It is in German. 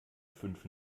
fünf